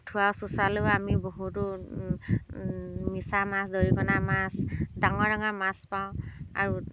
আঠুৱা চুচঁৰালেও আমি বহুতো মিছা মাছ দৰিকণা মাছ ডাঙৰ ডাঙৰ মাছ পাওঁ আৰু